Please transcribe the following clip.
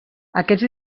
aquests